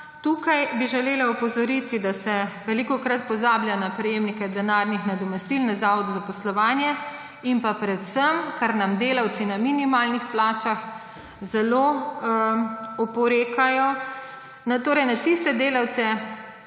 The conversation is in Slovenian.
Tu bi želela opozoriti, da se velikokrat pozablja na prejemnike denarnih nadomestil na Zavodu za zaposlovanje in predvsem, kar nam delavci na minimalnih plačah zelo oporekajo,